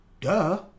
Duh